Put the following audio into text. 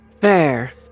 Fair